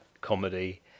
comedy